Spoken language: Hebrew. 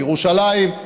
בירושלים,